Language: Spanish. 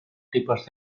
tipos